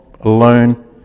alone